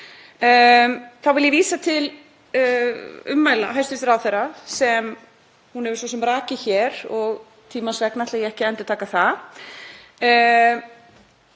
Þá vil ég vísa til ummæla hæstv. ráðherra sem hún hefur svo sem rakið hér og tímans vegna ætla ég ekki að endurtaka það.